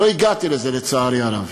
לא הגעתי לזה, לצערי הרב.